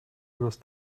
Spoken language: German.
übers